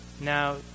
now